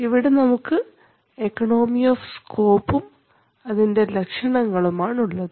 ഇവിടെ നമുക്ക് economy of സ്കോപ്പും അതിൻറെ ലക്ഷണങ്ങളും ആണുള്ളത്